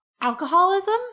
alcoholism